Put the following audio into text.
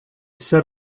set